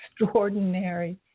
extraordinary